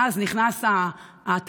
ואז נכנס התייר,